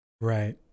Right